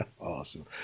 Awesome